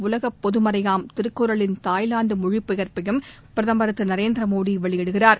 உலகப் பொதுமறையாம் திருக்குறளின் தாய்லாந்து மொழிபெயர்ப்பையும் பிரதமர் திருநரேந்திர மோடி வெளியிடுகிறார்